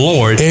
Lord